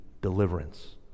deliverance